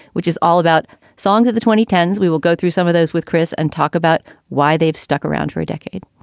which is all about songs of the twenty ten s. we will go through some of those with chris and talk about why they've stuck around for a decade